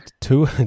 two